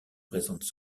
présentent